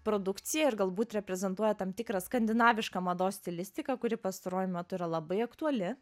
produkciją ir galbūt reprezentuoja tam tikrą skandinavišką mados stilistiką kuri pastaruoju metu yra labai aktuali